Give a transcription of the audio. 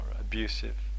abusive